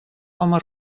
coma